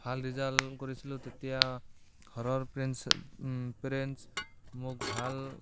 ভাল ৰিজাল্ট কৰিছিলোঁ তেতিয়া ঘৰৰ পেৰেণ্টছ পেৰেণ্টছ মোক ভাল